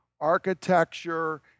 architecture